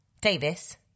Davis